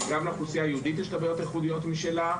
גם לאוכלוסייה היהודית יש את הבעיות הייחודיות משלה.